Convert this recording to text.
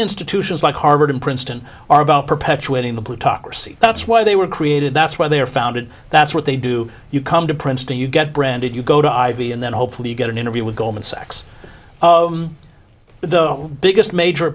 institutions like harvard and princeton are about perpetuating the plutocracy that's why they were created that's why they are founded that's what they do you come to princeton you get branded you go to ivy and then hopefully you get an interview with goldman sachs though biggest major